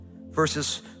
verses